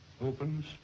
opens